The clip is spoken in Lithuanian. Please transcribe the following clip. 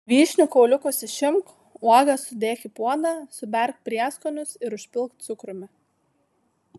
vyšnių kauliukus išimk uogas sudėk į puodą suberk prieskonius ir užpilk cukrumi